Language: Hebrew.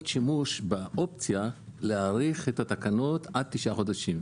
שימוש באופציה להאריך את התקנות עד 9 חודשים.